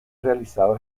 realizado